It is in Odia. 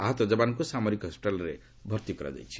ଆହତ ଯବାନଙ୍କୁ ସାମରିକ ହସ୍କିଟାଲ୍ରେ ଭର୍ତ୍ତି କରାଯାଇଛି